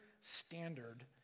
standard